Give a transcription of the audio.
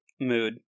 mood